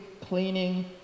cleaning